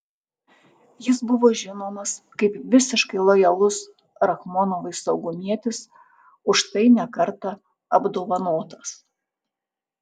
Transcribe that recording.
jis buvo žinomas kaip visiškai lojalus rachmonovui saugumietis už tai ne kartą apdovanotas